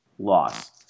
Loss